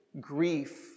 grief